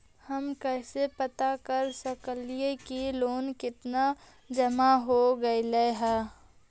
हम कैसे पता कर सक हिय की लोन कितना जमा हो गइले हैं?